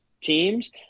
teams